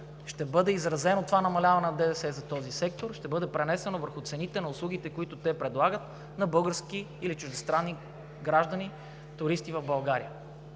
ще бъде изразено това намаляване на ДДС за този сектор, че ще бъде пренесено върху цените на услугите, които те предлагат на български или чуждестранни граждани, туристи в България.